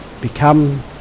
become